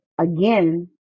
again